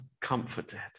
comforted